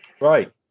right